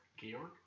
Georg